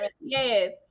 Yes